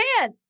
man